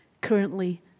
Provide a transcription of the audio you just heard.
currently